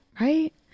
right